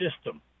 system